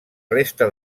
resta